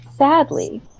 Sadly